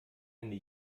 eine